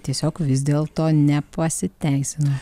tiesiog vis dėl to nepasiteisino